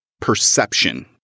perception